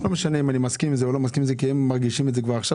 לא משנה אם אני מסכים עם זה או לא כי הם מרגישים את זה כבר עכשיו.